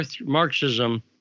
Marxism